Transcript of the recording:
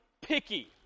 picky